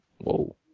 Whoa